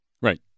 Right